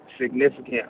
significant